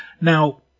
Now